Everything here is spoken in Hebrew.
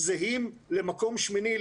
זהים למקום שמיני,